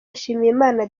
nshimiyimana